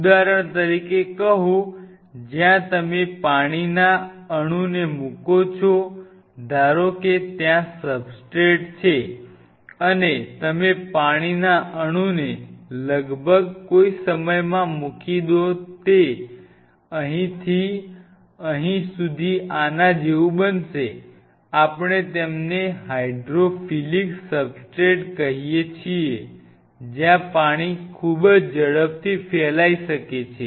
ઉદાહરણ તરીકે કહો જ્યાં તમે પાણીના અણુને મૂકો છો ધારો કે ત્યાં સબસ્ટ્રેટ છે અને તમે પાણીના અણુને લગભગ કોઈ સમયમાં મૂકી દો તે અહીંથી અહીં સુધી આના જેવું બનશે આપણે તેમને હાઇડ્રોફિલિક સબસ્ટ્રેટ કહીએ છીએ જ્યાં પાણી ખૂબ જ ઝડપથી ફેલાઈ શકે છે